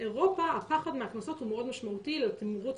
באירופה הפחד מהקנסות הוא מאוד משמעותי לתימרוץ